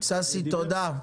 ששי, תודה.